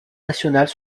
nationales